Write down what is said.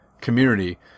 community